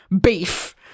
beef